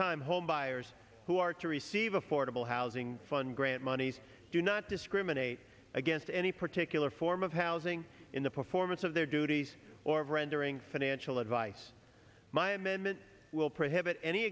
time homebuyers who are to receive affordable housing fund grant monies do not discriminate against any particular form of housing in the performance of their duties or of rendering financial advice my amendment will prohibit any